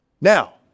Now